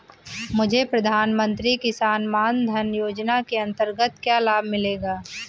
मुझे प्रधानमंत्री किसान मान धन योजना के अंतर्गत क्या लाभ मिलेगा?